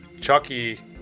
Chucky